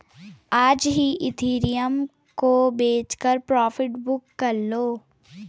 आज ही इथिरियम को बेचकर प्रॉफिट बुक कर लो